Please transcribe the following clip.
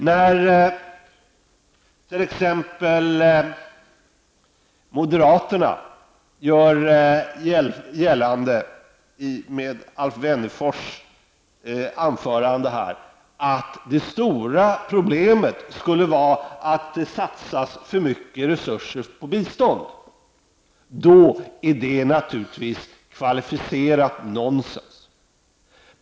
När t.ex. moderaterna gör gällande i Alf Wennerfors anförande här att det stora problemet skulle vara att det satsas för mycket resurser på biståndet, då är det naturligtvis kvalificerat nonsens.